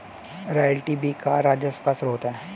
royalty भी कर राजस्व का स्रोत है